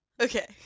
Okay